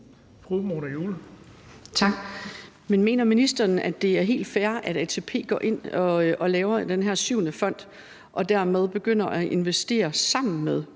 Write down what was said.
mener ministeren, at det er helt fair, at ATP går ind og laver den her PEP VII-fond og dermed begynder at investere sammen med